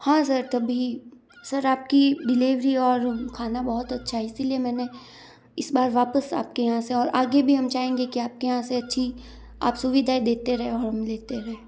हाँ सर तभी सर आप की डिलीवरी और खाना बहुत अच्छा इसी लिए मैंने इस बार वापस आप के यहाँ से और आगे भी हम चाहेंगे कि आप के यहाँ से अच्छी आप सुविधाएं देते रहें और हम लेते रहें